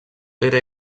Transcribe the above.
era